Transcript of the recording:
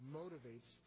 motivates